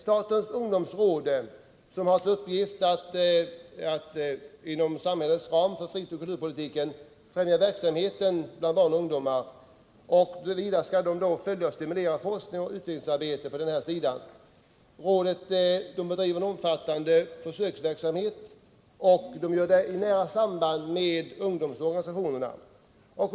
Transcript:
Statens ungdomsråd har till uppgift att inom samhällets ram för fritidsoch kulturpolitik främja verksamhet bland barn och ungdom samt följa och stimulera forskningsoch utvecklingsarbete här. Rådet bedriver en omfattande försöksverksamhet i nära samarbete med ungdomsorganisationerna.